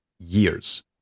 years